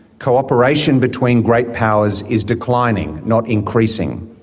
cooperation between great powers is declining, not increasing.